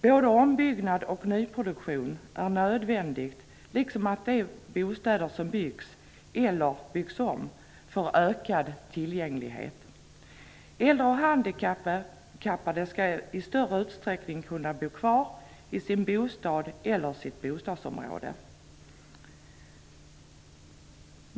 Både ombyggnad och nyproduktion är nödvändigt liksom att de bostäder som byggs eller byggs om får ökad tillgänglighet. Äldre och handikappade skall i större utsträckning kunna bo kvar i sin bostad eller i sitt bostadsområde.